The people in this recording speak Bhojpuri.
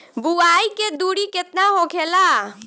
बुआई के दूरी केतना होखेला?